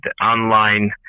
online